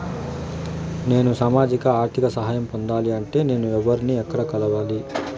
నేను సామాజిక ఆర్థిక సహాయం పొందాలి అంటే నేను ఎవర్ని ఎక్కడ కలవాలి?